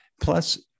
plus